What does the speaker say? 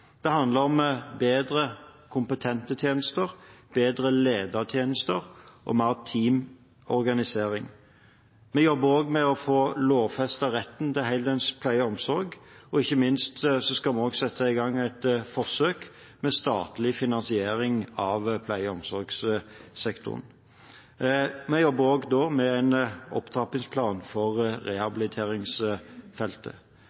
Det handler om mer kompetente tjenester, bedre ledertjenester og mer teamorganisering. Vi jobber også med å få lovfestet retten til heldøgns pleie og omsorg, og ikke minst skal vi sette i gang et forsøk med statlig finansiering av pleie- og omsorgssektoren. Vi jobber også med en opptrappingsplan for rehabiliteringsfeltet.